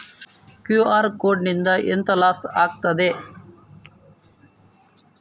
QR code ನಿಂದ ಎಂತ loss ಆಗ್ತದೆ?